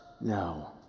No